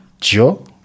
Joe